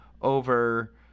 over